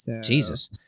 Jesus